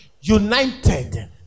united